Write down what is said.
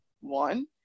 one